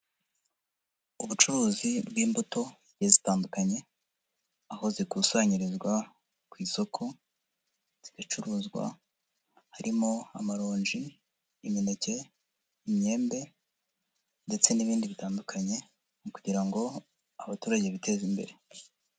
Ubucuruzi bw'imbuto zigiye tandukanye, aho zikusanyirizwa ku isoko ziracuruzwa, harimo amaronji, imineke, imyembe ndetse n'ibindi bitandukanye kugira ngo abaturage biteze imbere.